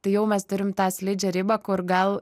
tai jau mes turim tą slidžią ribą kur gal